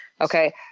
Okay